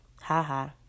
Ha-ha